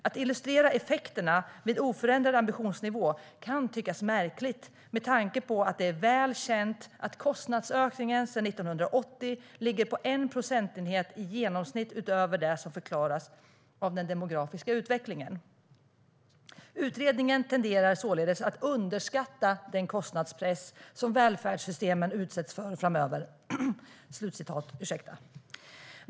Att illustrera effekterna vid oförändrad ambitionsnivå kan tyckas märkligt med tanke på att det är väl känt att kostnadsökningen sedan 1980 ligger på 1 procentenhet i genomsnitt utöver det som förklaras av den demografiska utvecklingen. Utredningen tenderar således att underskatta den kostnadspress som välfärdssystemen utsätts för framöver."